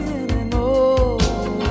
anymore